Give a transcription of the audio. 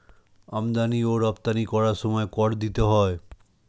আমদানি ও রপ্তানি করার সময় কর দিতে হয়